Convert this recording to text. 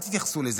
אל תתייחסו לזה,